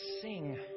sing